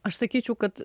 aš sakyčiau kad